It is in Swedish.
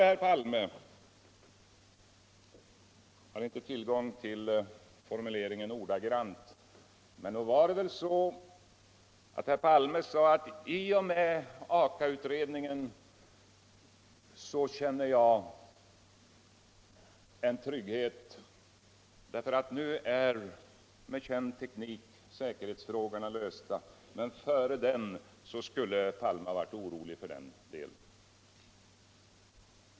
Jag har inte tillgång tull den ordagranna formuleringen, men nog var det väl så att herr Palme sade att han var trygg i och med Aka-utredningen. Han sade att nu blir säkerhetsfrågorna lösta med känd teknik. Men före Aka-utredningen skulle herr Palme ha varit orolhig för den delen.